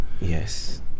yes